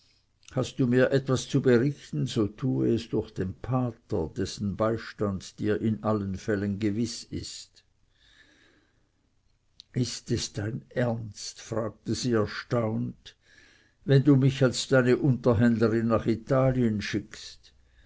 hast du mir etwas zu berichten so tue es durch den pater dessen beistand dir in allen fällen gewiß ist ist es dein ernst fragte sie erstaunt wenn du mich als deine unterhändlerin nach italien schickst